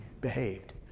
behaved